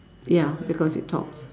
ya because it talks